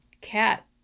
cat